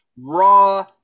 raw